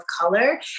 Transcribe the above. color